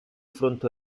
fronte